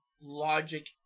logic